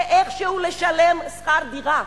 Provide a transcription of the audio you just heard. ואיכשהו לשלם שכר דירה.